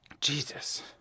Jesus